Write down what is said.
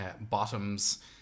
Bottoms